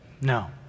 No